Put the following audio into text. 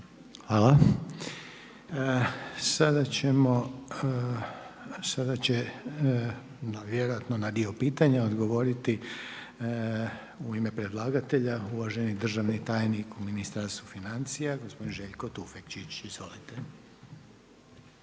Hvala. Sada će vjerojatno na dio pitanja odgovoriti u ime predlagatelja uvaženi državni tajnik u Ministarstvu financija, gospodin Željko Tufekčić. Izvolite.